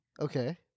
Okay